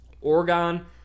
Oregon